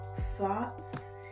thoughts